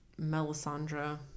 Melisandre